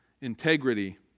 Integrity